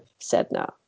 Sedna